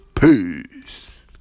Peace